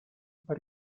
per